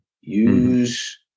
use